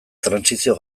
trantsizio